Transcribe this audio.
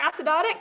acidotic